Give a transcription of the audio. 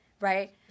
Right